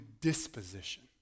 disposition